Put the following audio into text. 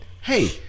hey